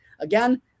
Again